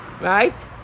right